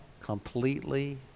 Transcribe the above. completely